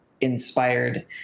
inspired